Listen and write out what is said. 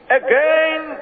again